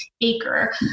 acre